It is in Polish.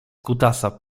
kutasa